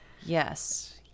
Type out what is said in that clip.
Yes